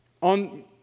on